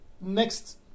next